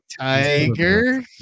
tiger